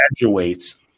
graduates